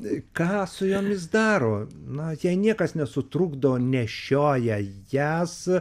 tai ką su jomis daro na jei niekas nesutrukdo nešioja jasą